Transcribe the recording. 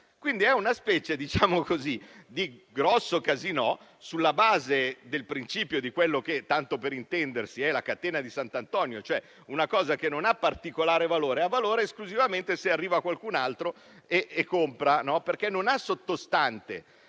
Quindi, è una specie di grosso casinò, sulla base del principio di quella che, tanto per intenderci, è la catena di sant'Antonio, cioè un qualcosa che non ha particolare valore e lo acquista esclusivamente se arriva qualcun altro che compra, perché non ha sottostante,